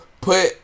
put